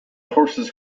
horses